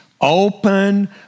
open